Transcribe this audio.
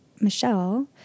Michelle